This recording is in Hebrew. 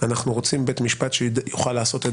אנחנו רוצים בית משפט שיוכל לעשות את